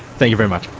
thank you very much.